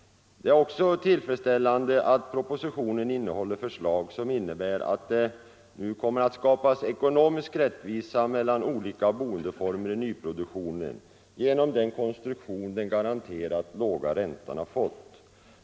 Det är också tillfredsställande att propositionen innehåller förslag som innebär att det nu kommer att skapas ekonomisk rättvisa mellan olika boendeformer i nyproduktionen genom den konstruktion den garanterat låga räntan har fått.